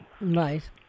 right